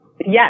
Yes